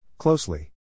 Closely